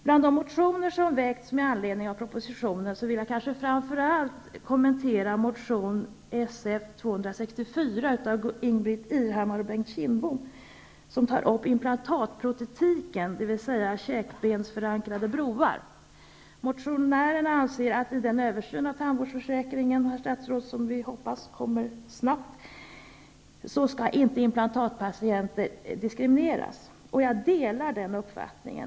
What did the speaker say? Bland de motioner som väckts med anledning av propositionen vill jag framför allt kommentera motion Sf264 av Ingbritt Irhammar och Bengt käkbensförankrade broar. Motionärerna anser att vid den översyn av tandvårdsförsäkringen som vi hoppas kommer snabbt skall inte implantatpatienter diskrimineras. Jag delar den uppfattningen.